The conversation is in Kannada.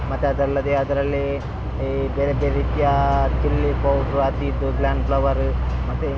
ಮತ್ತು ಅದಲ್ಲದೆ ಅದರಲ್ಲಿ ಈ ಬೇರೆ ಬೇರೆ ರೀತಿಯ ಚಿಲ್ಲಿ ಪೌಡ್ರು ಅದು ಇದು ಗ್ಲಾಮ್ ಫ್ಲವರ್ ಮತ್ತು